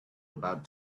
about